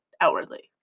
outwardly